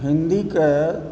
हम हिंदीके